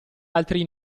altri